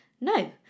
no